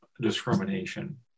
discrimination